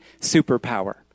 superpower